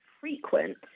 frequent